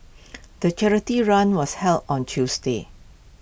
the charity run was held on Tuesday